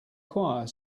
choir